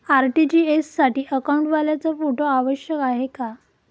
RTGS साठी अकाउंटवाल्याचा photo आवश्यक आहे का?